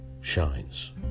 shines